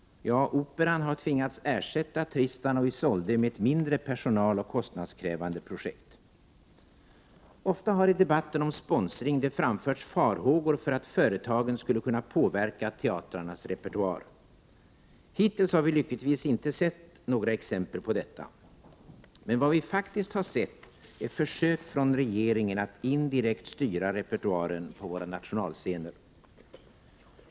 Ja, Operan har tvingats ersätta Tristan och Isolde med ett mindre personaloch kostnadskrävande projekt. Ofta har i debatten om sponsring framförts farhågor för att företagen skulle kunna påverka teatrarnas repertoar. Hittills har vi lyckligtvis inte sett några exempel på detta. Men vad vi faktiskt har sett är försök från regeringen att indirekt styra repertoaren på våra nationalscener.